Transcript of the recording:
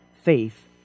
faith